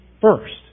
first